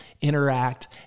interact